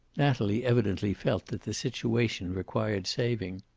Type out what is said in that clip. natalie evidently felt that the situation required saving.